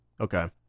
Okay